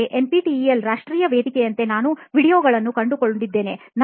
ಆದರೆ ಎನ್ಪಿಟಿಇಎಲ್ ರಾಷ್ಟ್ರೀಯ ವೇದಿಕೆಯಂತೆ ನಾನು video ಗಳನ್ನು ಕಂಡುಕೊಂಡಿದ್ದೇನೆ